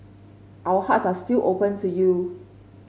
our hearts are still open to you